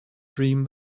dream